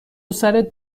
سرت